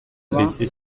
bessay